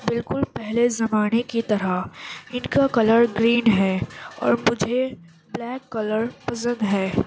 بالکل پہلے زمانے کی طرح ان کا کلر گرین ہے اور مجھے بلیک کلر پسند ہے